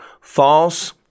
False